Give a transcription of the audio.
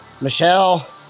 Michelle